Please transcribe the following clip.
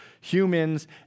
humans